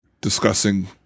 discussing